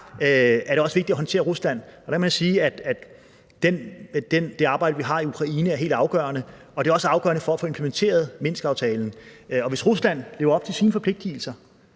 er det også vigtigt at håndtere Rusland, og der må jeg sige, at det arbejde, vi har i Ukraine, er helt afgørende, og det er også afgørende for at få implementeret Minskaftalen. Og hvis Rusland lever op til sine forpligtelser,